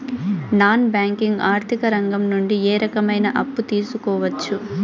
Non banking ఆర్థిక రంగం నుండి ఏ రకమైన అప్పు తీసుకోవచ్చు?